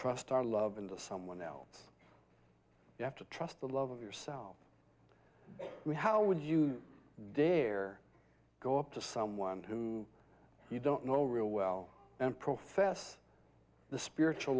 trust our love into someone else you have to trust to love yourself how would you dare go up to someone who you don't know real well and profess the spiritual